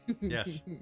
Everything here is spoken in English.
yes